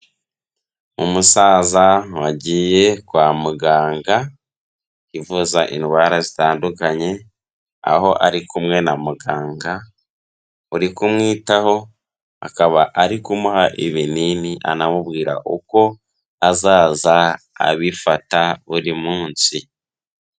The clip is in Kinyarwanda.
Umusaza wagiye kwa muganga, kwivuza indwara zitandukanye, aho ari kumwe na muganga uri kumwitaho, akaba ari kumuha ibinini anamubwira uko azaza abifata buri munsi.